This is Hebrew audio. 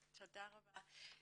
תודה רבה.